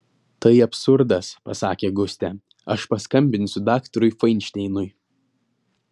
tai absurdas pasakė gustė aš paskambinsiu daktarui fainšteinui